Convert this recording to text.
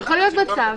את מהשלטון המקומי?